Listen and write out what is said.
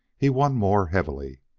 he won more heavily.